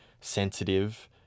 sensitive